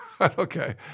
Okay